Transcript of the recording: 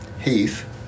Heath